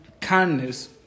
kindness